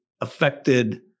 affected